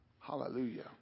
Hallelujah